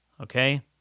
Okay